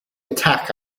attack